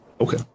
Okay